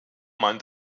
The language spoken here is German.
man